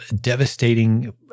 devastating